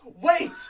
wait